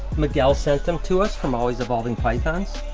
miguel sent them to us from always evolving pythons,